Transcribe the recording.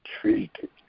treated